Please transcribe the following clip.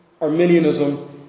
Arminianism